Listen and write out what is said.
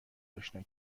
آشنا